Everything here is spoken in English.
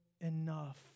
enough